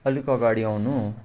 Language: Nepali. अलिक अगाडि आउनु